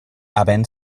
havent